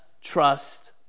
trust